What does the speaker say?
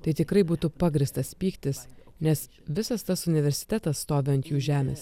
tai tikrai būtų pagrįstas pyktis nes visas tas universitetas stovi ant jų žemės